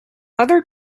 other